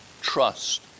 trust